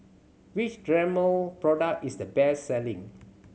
which Dermale product is the best selling